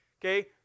okay